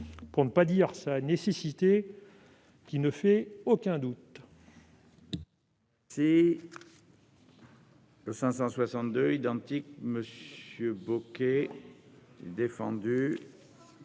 pour ne pas dire sa nécessité, laquelle ne fait aucun doute.